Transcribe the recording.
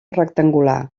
rectangular